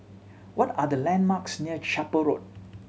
what are the landmarks near Chapel Road